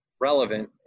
relevant